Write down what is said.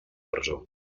presó